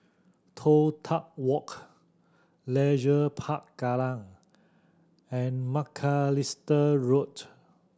Toh Tuck Walk Leisure Park Kallang and Macalister Road